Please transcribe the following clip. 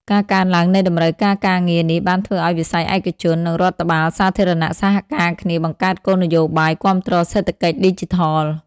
ការកើនឡើងនៃតម្រូវការការងារនេះបានធ្វើឱ្យវិស័យឯកជន និងរដ្ឋបាលសាធារណៈសហការគ្នាបង្កើតគោលនយោបាយគាំទ្រសេដ្ឋកិច្ចឌីជីថល។